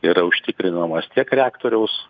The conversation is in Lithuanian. yra užtikrinamas tiek reaktoriaus